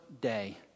day